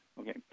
Okay